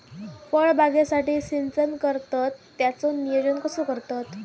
फळबागेसाठी सिंचन करतत त्याचो नियोजन कसो करतत?